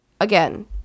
again